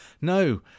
No